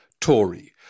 Tory